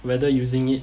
whether using it